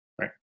right